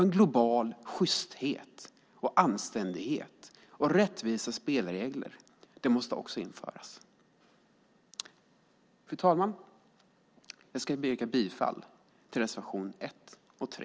En global sjysthet och anständighet och rättvisa spelregler måste också införas. Fru talman! Jag ber att få yrka bifall till reservationerna 1 och 3.